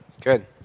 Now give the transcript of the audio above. Good